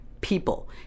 people